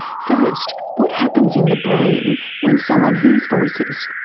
first, what happens in the brain when someone hears voices?